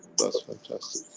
that's fantastic,